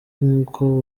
nkuko